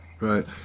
Right